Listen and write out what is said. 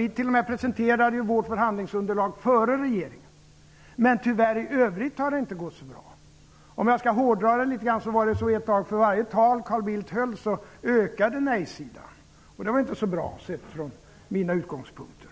Vi presenterade t.o.m. vårt förhandlingsunderlag före regeringen. I övrigt har det tyvärr inte gått så bra. Om man hårdrar det kan man säga att för varje tal som Carl Bildt höll ökade ett tag nej-sidan. Det var inte så bra, sett från min utgångspunkt.